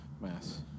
Mass